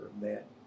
met